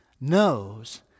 knows